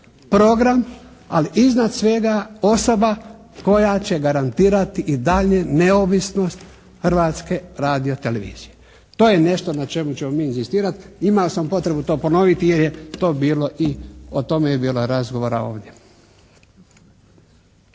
program ali iznad svega osoba koja će garantirati i daljnju neovisnost Hrvatske radiotelevizije. To je nešto na čemu ćemo mi inzistirati. Imao sam potrebu to ponoviti jer je to bilo i o tome je bilo razgovora ovdje.